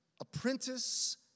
apprentice